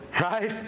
Right